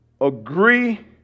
agree